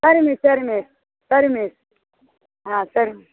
சரி மிஸ் சரி மிஸ் சரி மிஸ் ஆ சரி